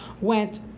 went